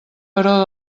però